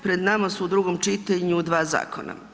Pred nama su u drugom čitanju dva zakona.